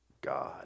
god